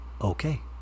Okay